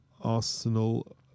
Arsenal